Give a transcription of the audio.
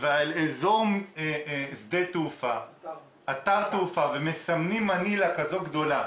ועל אתר תעופה ומסמנים מנילה כזאת גדולה